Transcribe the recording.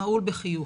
שמהול בחיוך.